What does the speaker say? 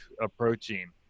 approaching